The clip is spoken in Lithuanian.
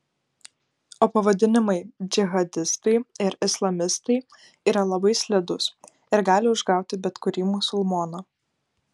o pavadinimai džihadistai ir islamistai yra labai slidūs ir gali užgauti bet kurį musulmoną